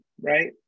right